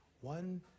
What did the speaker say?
one